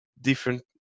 different